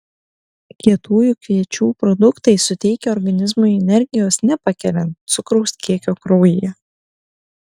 kietųjų kviečių produktai suteikia organizmui energijos nepakeliant cukraus kiekio kraujyje